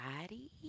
body